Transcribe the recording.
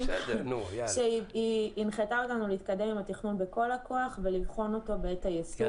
היא הנחתה אותנו להתקדם עם התכנון בכל הכוח ולבחון אותו בעת היישום.